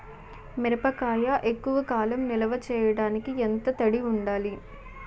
మిరపకాయ ఎక్కువ కాలం నిల్వ చేయటానికి ఎంత తడి ఉండాలి?